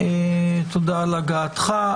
תודה על הגעתך.